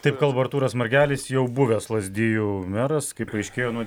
taip kalba artūras margelis jau buvęs lazdijų meras kaip paaiškėjo nuo